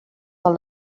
del